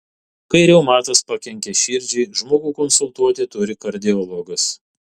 kai reumatas pakenkia širdžiai žmogų konsultuoti turi kardiologas